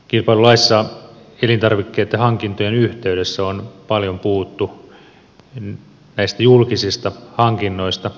kilpailulaissa elintarvikkeitten hankintojen yhteydessä on paljon puhuttu näistä julkisista hankinnoista